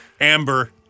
Amber